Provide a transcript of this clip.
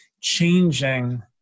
changing